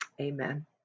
Amen